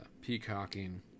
peacocking